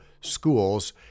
schools